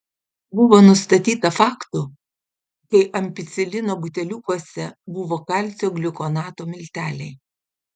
buvo nustatyta faktų kai ampicilino buteliukuose buvo kalcio gliukonato milteliai